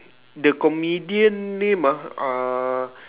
the comedian name ah uh